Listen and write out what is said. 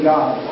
God